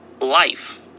life